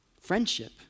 friendship